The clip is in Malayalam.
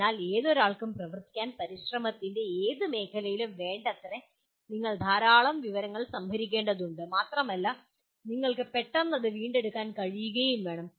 അതിനാൽ ഏതൊരാൾക്കും പ്രവർത്തിക്കാൻ പരിശ്രമത്തിന്റെ ഏത് മേഖലയിലും വേണ്ടത്ര നിങ്ങൾ ധാരാളം വിവരങ്ങൾ സംഭരിക്കേണ്ടതുണ്ട് മാത്രമല്ല നിങ്ങൾക്ക് പെട്ടെന്ന് വീണ്ടെടുക്കാൻ കഴിയുകയും വേണം